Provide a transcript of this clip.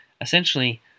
essentially